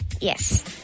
Yes